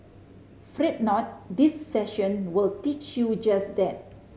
fret not this session will teach you just that